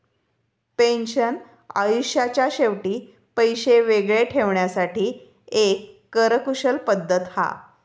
pension आयुष्याच्या शेवटी पैशे वेगळे ठेवण्यासाठी एक कर कुशल पद्धत हा